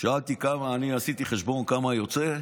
עשיתי חשבון כמה יוצא.